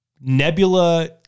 Nebula